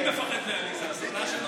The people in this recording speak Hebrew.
אני מפחד מעליזה, אז אתה שלא תפחד?